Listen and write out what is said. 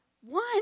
one